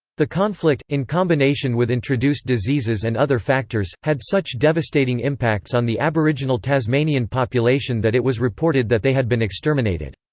the conflict, in combination with introduced diseases and other factors, had such devastating impacts on the aboriginal tasmanian population that it was reported that they had been exterminated.